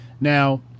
Now